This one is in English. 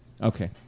Okay